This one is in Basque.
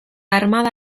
armada